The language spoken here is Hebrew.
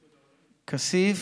כסיף,